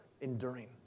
enduring